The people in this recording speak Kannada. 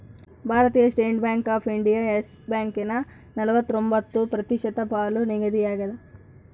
ಭಾರತೀಯ state bank of India yes ಬ್ಯಾಂಕನ ನಲವತ್ರೊಂಬತ್ತು ಪ್ರತಿಶತ ಪಾಲು ನಿಗದಿಯಾಗ್ಯದ